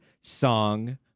song